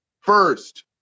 first